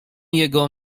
jego